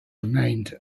remained